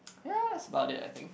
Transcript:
ya that's about it I think